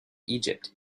egypt